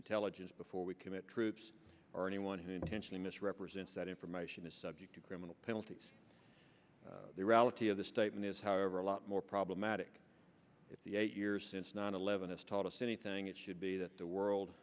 intelligence before we commit troops or anyone who intentionally misrepresents that information is subject to criminal penalties the reality of the statement is however a lot more problematic if the eight years since nine eleven has taught us anything it should be that the world